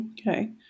Okay